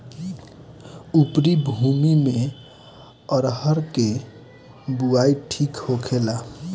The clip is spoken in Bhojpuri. उपरी भूमी में अरहर के बुआई ठीक होखेला?